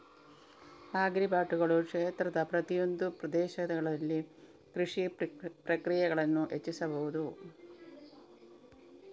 ಆಗ್ರಿಬಾಟುಗಳು ಕ್ಷೇತ್ರದ ಪ್ರತಿಯೊಂದು ಪ್ರದೇಶದಲ್ಲಿ ಕೃಷಿ ಪ್ರಕ್ರಿಯೆಗಳನ್ನು ಹೆಚ್ಚಿಸಬಹುದು